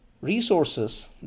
Resources